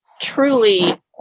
truly